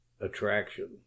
Attraction